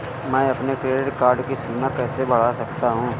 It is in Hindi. मैं अपने क्रेडिट कार्ड की सीमा कैसे बढ़ा सकता हूँ?